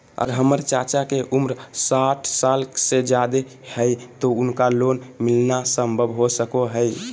अगर हमर चाचा के उम्र साठ साल से जादे हइ तो उनका लोन मिलना संभव हो सको हइ?